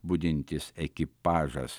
budintis ekipažas